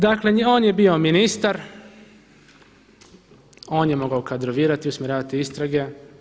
Dakle, on je bio ministar, on je mogao kadrovirati, usmjeravati istrage.